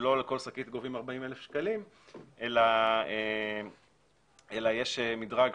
שלא על כל שקית גובים 40,000 שקלים אלא יש מדרג,